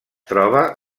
troba